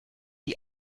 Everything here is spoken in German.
die